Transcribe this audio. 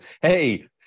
hey